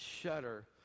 shudder